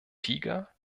tiger